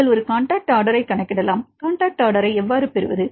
நீங்கள் ஒரு காண்டாக்ட் ஆர்டரை கணக்கிடலாம் காண்டாக்ட் ஆர்டரை எவ்வாறு பெறுவது